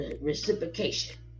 Reciprocation